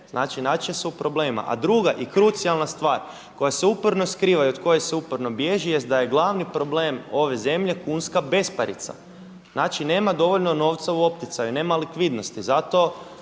znači naći će se u problemima. A druga i krucijalna stvar koja se uporno skriva i od koje se uporno bježi jest da je glavni problem ove zemlje kunska besparica, znači nema dovoljno novca u opticaju, nema likvidnosti. Zato